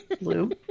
Blue